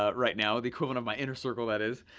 ah right now, the equivalent of my inner circle, that is,